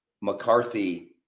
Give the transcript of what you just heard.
McCarthy